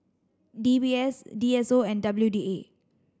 D B S D S O and W D A